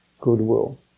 goodwill